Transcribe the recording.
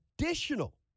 additional